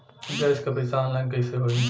Gas क पैसा online कइसे होई?